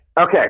okay